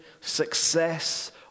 success